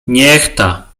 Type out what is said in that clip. niechta